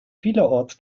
vielerorts